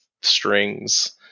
strings